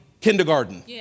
kindergarten